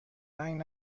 رنگ